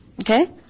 Okay